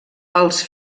els